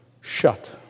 Shut